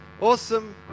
awesome